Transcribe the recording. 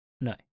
No